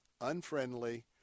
unfriendly